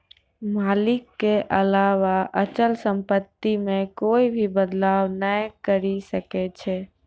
मालिक के अलावा अचल सम्पत्ति मे कोए भी बदलाव नै करी सकै छै